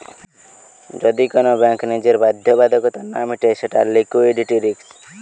যদি কোন ব্যাঙ্ক নিজের বাধ্যবাধকতা না মিটায় সেটা লিকুইডিটি রিস্ক